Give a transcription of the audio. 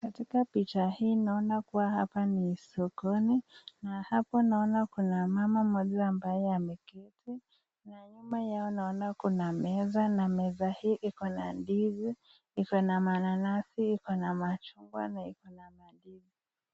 Katika picha hii naona kuwa hapa ni sokoni na hapo naona kuna mama mmoja ambaye ameketi. Na nyuma yao naona kuna meza na meza hii ikona ndizi, ikona mananasi, ikona machungwa na ikona mandizi.